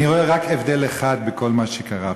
אני רואה רק הבדל אחד בכל מה שקרה פה,